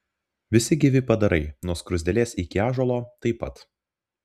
visi gyvi padarai nuo skruzdėlės iki ąžuolo taip pat